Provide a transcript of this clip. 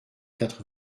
quatre